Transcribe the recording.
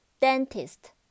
Dentist